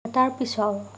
এটাৰ পিছৰ